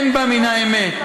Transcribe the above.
אין בה מן האמת.